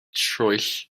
troell